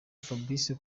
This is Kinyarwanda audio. fabrice